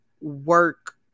work